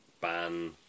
ban